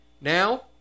now